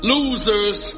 Losers